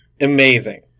Amazing